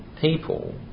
people